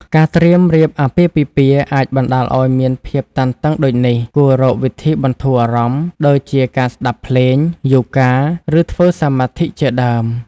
ការត្រៀមរៀបអាពាហ៍ពិពាហ៍អាចបណ្តាលឱ្យមានភាពតានតឹងដូចនេះ គួររកវិធីបន្ធូរអារម្មណ៍ ដូចជាការស្តាប់ភ្លេង យូហ្គា ឬធ្វើសមាធិជាដើម ។